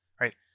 right